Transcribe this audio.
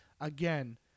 again